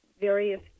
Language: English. various